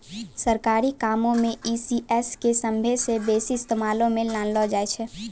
सरकारी कामो मे ई.सी.एस के सभ्भे से बेसी इस्तेमालो मे लानलो जाय छै